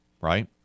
right